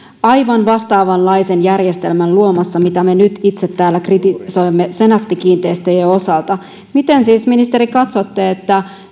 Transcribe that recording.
aivan vastaavanlaisen järjestelmän luomassa kuin mitä me nyt itse täällä kritisoimme senaatti kiinteistöjen osalta miten siis ministeri katsotte että